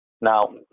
Now